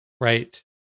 right